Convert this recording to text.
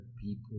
People